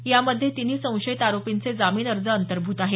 यामध्ये तिन्ही संशयित आरोपींचे जामीन अर्ज अंतभूंत आहेत